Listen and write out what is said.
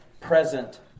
present